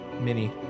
Mini